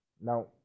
Now